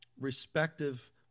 respective